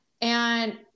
And-